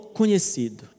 conhecido